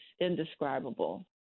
indescribable